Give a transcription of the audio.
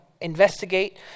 Investigate